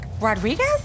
Rodriguez